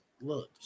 Look